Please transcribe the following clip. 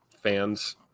fans –